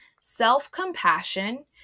self-compassion